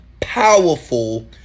powerful